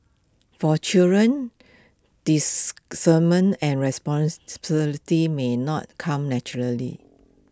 for children discernment and may not come naturally